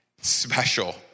special